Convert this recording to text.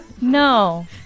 No